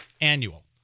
annual